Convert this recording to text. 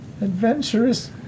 adventurous